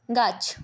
গাছ